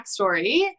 backstory